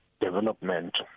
development